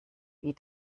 wie